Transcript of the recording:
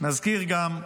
נזכיר גם עולה,